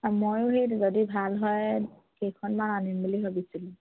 ময়ো সেই যদি ভাল হয় কেইখনমান আনিম বুলি ভাবিছিলোঁ